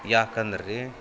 ಯಾಕಂದ್ರೆ ರಿ